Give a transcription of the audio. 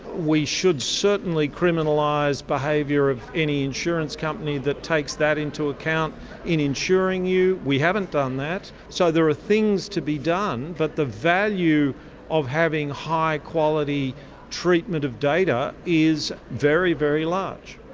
we should certainly criminalise like behaviour of any insurance company that takes that into account in insuring you. we haven't done that. so there are things to be done. but the value of having high-quality treatment of data is very, very large.